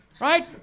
Right